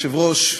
אדוני היושב-ראש,